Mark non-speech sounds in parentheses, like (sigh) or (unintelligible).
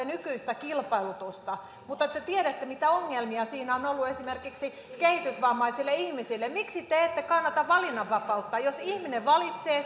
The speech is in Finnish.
(unintelligible) nykyistä kilpailutusta mutta te tiedätte mitä ongelmia siinä on on ollut esimerkiksi kehitysvammaisille ihmisille miksi te ette kannata valinnanvapautta jos ihminen valitsee